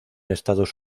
estados